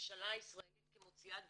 והממשלה הישראלית כמוציאה דבריה,